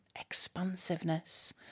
expansiveness